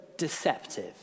Deceptive